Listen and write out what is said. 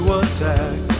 attack